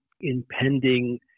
impending